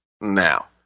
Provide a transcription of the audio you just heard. Now